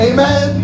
Amen